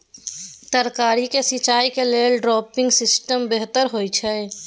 तरकारी के सिंचाई के लेल ड्रिपिंग सिस्टम बेहतर होए छै?